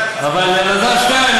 אבל אלעזר שטרן,